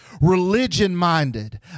religion-minded